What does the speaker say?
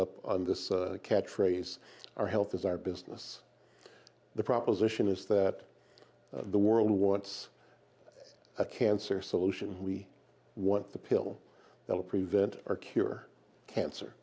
up on this catch phrase our health is our business the proposition is that the world wants a cancer solution we want the pill that will prevent or cure cancer